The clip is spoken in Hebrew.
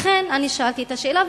לכן שאלתי את השאלה,